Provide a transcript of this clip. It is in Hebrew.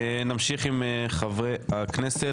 נמשיך עם חברי הכנסת.